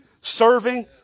Serving